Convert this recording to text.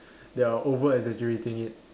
they are over exaggerating it